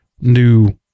new